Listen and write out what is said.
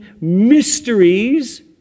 mysteries